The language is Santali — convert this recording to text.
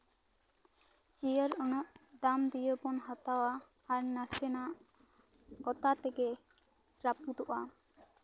ᱪᱤᱭᱟᱨ ᱩᱱᱟᱹᱜ ᱫᱟᱢ ᱫᱤᱭᱮ ᱵᱚᱱ ᱦᱟᱛᱟᱣᱟ ᱟᱨ ᱱᱟᱥᱮᱱᱟᱜ ᱚᱛᱟ ᱛᱮᱜᱮ ᱨᱟᱹᱯᱩᱫᱚᱜᱼᱟ